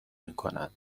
میکنن